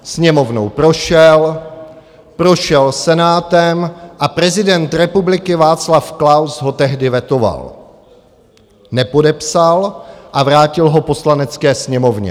Sněmovnou prošel, prošel Senátem a prezident republiky Václav Klaus ho tehdy vetoval, nepodepsal a vrátil ho Poslanecké sněmovně.